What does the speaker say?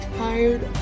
tired